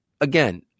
again